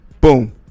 Boom